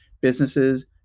businesses